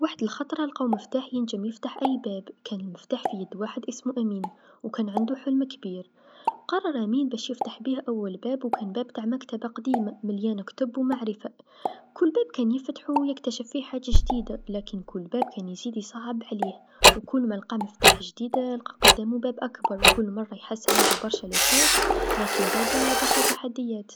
وحد لخطرا لقاو مفتاح ينجم يفتح أي باب، كان المفتاح في يد واحد إسمو أمين و كان عندو حلم كبير، قرر أمين باش يفتح بيه أول باب و كان باب نتع مكتبه قديمه مليانه كتب و معرفه، كل باب كان يفتحو يكتشف فيه حاجه جديدا لكن كل باب كن يزيد يصعب عليه و كل ما لقى مفتاح جديد لقى قدامو باب أكبر، كل مرا يحس عندو يرشا فرص لكن زادا برشا تحديات.